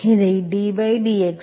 இதை ddxe2x